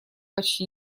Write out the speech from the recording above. почти